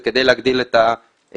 אנחנו לא מרחיבים את הכניסות,